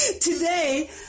Today